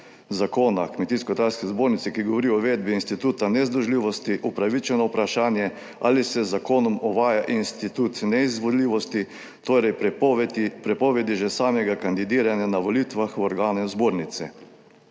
zakona o Kmetijsko gozdarski zbornici, ki govori o uvedbi instituta nezdružljivosti, upravičeno vprašanje, ali se z zakonom uvaja institut neizvoljivosti, torej prepovedi že samega kandidiranja na volitvah v organe Zbornice.